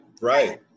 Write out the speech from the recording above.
right